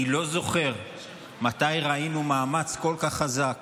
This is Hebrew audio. אני לא זוכר מתי ראינו מאמץ כל כך חזק